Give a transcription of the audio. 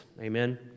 amen